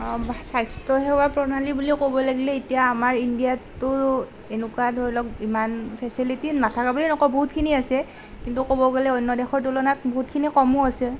স্বাস্থ্য সেৱা প্ৰণালী বুলি ক'ব লাগিলে এতিয়া আমাৰ ইণ্ডিয়াততো এনেকুৱা ধৰি লওক ইমান ফেচিলিটি নথকা বুলি নকওঁ বহুতখিনি আছে কিন্তু ক'ব গ'লে অন্য দেশৰ তুলনাত বহুতখিনি কমো আছে